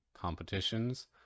competitions